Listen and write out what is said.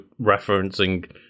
referencing